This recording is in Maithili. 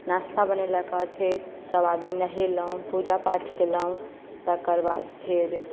नास्ता बनेलाक बाद फेर सभआदमी नहेलहुँ पूजा पाठ केलहुँ तकर बाद फेर